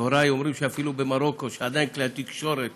הורי אומרים שאפילו במרוקו, שעדיין כלי התקשורת